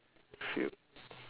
feel